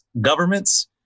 governments